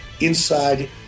inside